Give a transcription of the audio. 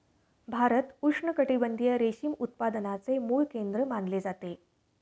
भारत उष्णकटिबंधीय रेशीम उत्पादनाचे मूळ केंद्र मानले जाते